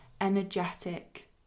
energetic